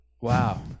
wow